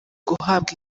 guhabwa